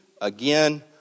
again